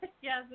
yes